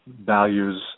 values